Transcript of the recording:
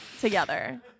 together